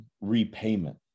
repayment